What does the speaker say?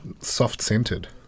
soft-scented